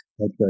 Okay